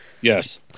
Yes